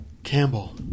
Campbell